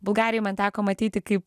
bulgarijoj man teko matyti kaip